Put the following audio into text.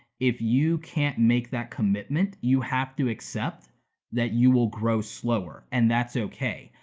if you can't make that commitment, you have to accept that you will grow slower, and that's okay.